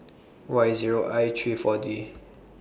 Y Zero I three four D